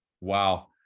Wow